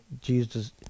Jesus